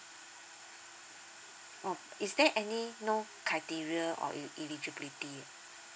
oh is there any no criteria or e~ eligibility